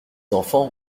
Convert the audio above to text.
enfants